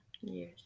Yes